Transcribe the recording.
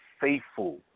faithful